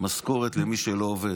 משכורת למי שלא עובד.